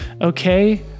Okay